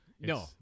No